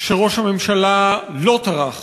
שראש הממשלה לא טרח